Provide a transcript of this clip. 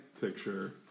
picture